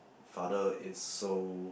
father is so